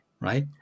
right